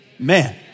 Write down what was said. amen